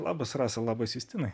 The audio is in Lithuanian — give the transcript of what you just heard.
labas rasa labas justinai